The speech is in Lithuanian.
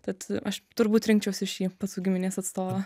tad aš turbūt rinkčiausi šį pacų giminės atstovą